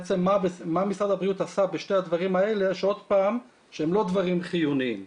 מה משרד הבריאות עשה בשני הדברים האלה שהם לא דברים חיוניים.